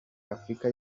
afurika